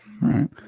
right